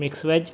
mix veg